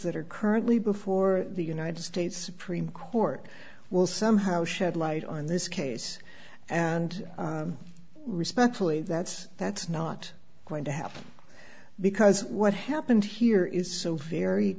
that are currently before the united states supreme court will somehow shed light on this case and respectfully that that's not going to happen because what happened here is so very